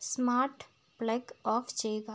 smart plug off ചെയ്യുക